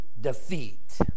defeat